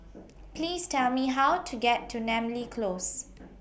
Please Tell Me How to get to Namly Close